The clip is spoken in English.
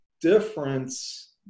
difference